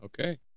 Okay